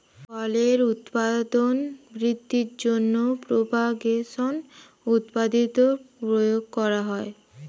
ফলের উৎপাদন বৃদ্ধির জন্য প্রপাগেশন পদ্ধতির প্রয়োগ করা হয়